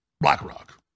BlackRock